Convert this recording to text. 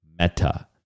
Meta